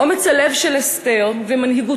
אומץ הלב של אסתר ומנהיגותה,